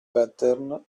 pattern